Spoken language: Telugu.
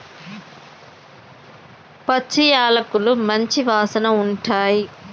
పచ్చి యాలకులు మంచి వాసన ఉంటాయి